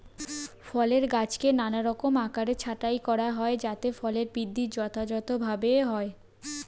ফলের গাছকে নানারকম আকারে ছাঁটাই করা হয় যাতে ফলের বৃদ্ধি যথাযথভাবে হয়